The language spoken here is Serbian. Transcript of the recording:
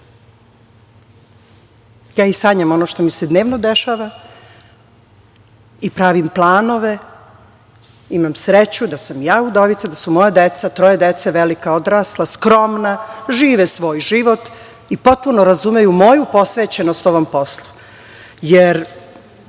i sanjam ono što mi se dnevno dešava i pravim planove, imam sreću da sam ja udovica, da su moja deca, troje dece, velika i skromna, žive svoj život, i potpuno razumeju moju posvećenost mom poslu,